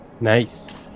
Nice